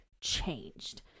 changed